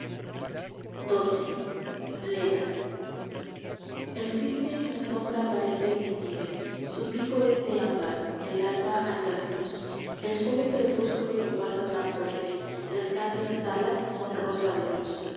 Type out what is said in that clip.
xii leda el cisne en la sombra parece de nieve su pico es de ámbar del alba al trasluz el suave crepúsculo que pasa tan breve las cándidas alas sonrosa de luz